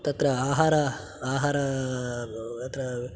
तत्र आहार आहार अत्र